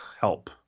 help